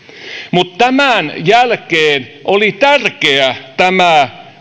mutta tämän jälkeen oli tärkeä tämä